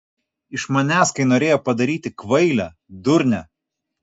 iš manęs kai norėjo padaryti kvailę durnę